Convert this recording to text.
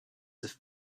have